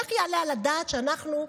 איך יעלה על הדעת שאנחנו,